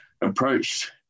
approached